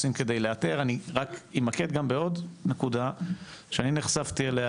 לאתר, אני רק אמקד בעוד נקודה שאני נחשפתי אליה,